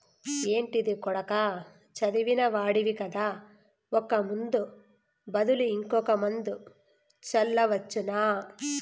ఏంటిది కొడకా చదివిన వాడివి కదా ఒక ముందు బదులు ఇంకో మందు జల్లవచ్చునా